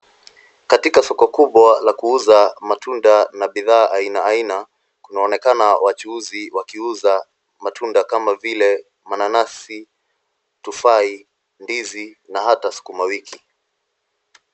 Katika soko kubwa la kuuza matunda na bidhaa aina aina, kunaonekana wachuuzi wakiuza matunda kama vile mananasi, tufai, ndizi na hata sukuma wiki.